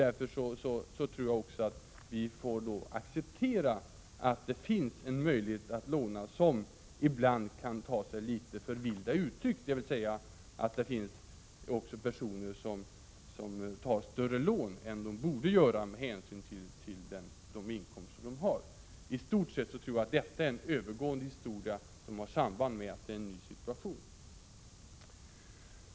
Därför tror jag att vi får acceptera en möjlighet att låna som ibland innebär att det går litet vilt till — dvs. att det finns personer som tar större lån än de borde göra med hänsyn till inkomsten. I stort sett tror jag att detta är en övergående historia och att det är någonting som sammanhänger med att det är en ny situation.